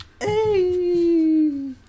Hey